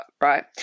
right